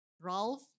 Ralph